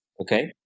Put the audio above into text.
Okay